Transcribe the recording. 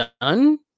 done